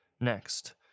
next